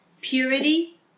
purity